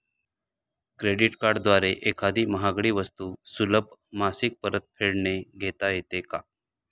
Credit कार्डद्वारे एखादी महागडी वस्तू सुलभ मासिक परतफेडने घेता येते का?